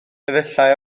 efallai